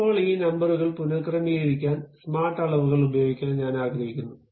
ഇപ്പോൾ ഈ നമ്പറുകൾ പുനഃക്രമീകരിക്കാൻ സ്മാർട്ട് അളവുകൾ ഉപയോഗിക്കാൻ ഞാൻ ആഗ്രഹിക്കുന്നു